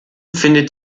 findet